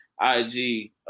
IG